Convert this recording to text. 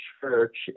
Church